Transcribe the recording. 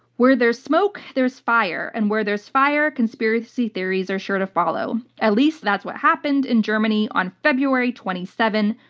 where there's smoke, there's fire, and where there's fire, conspiracy theories are sure to follow. at least that's what happened in germany on february twenty seven,